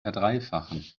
verdreifachen